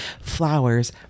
flowers